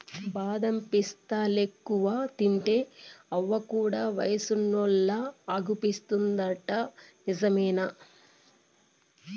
బాదం పిస్తాలెక్కువ తింటే అవ్వ కూడా వయసున్నోల్లలా అగుపిస్తాదంట నిజమేనా